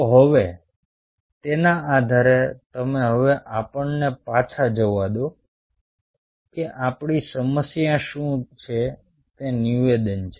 તો હવે તેના આધારે તમે હવે આપણને પાછા જવા દો કે આપણી સમસ્યા શું છે તે નિવેદન છે